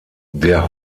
der